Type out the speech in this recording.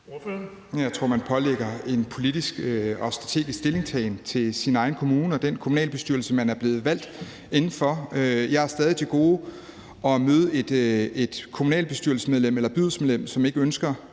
Jeg tror, at der pålægges en politisk og strategisk stillingtagen til ens kommune og den kommunalbestyrelse, man er blevet valgt til. Jeg har stadig til gode at møde et kommunalbestyrelsesmedlem eller byrådsmedlem, som ikke ønsker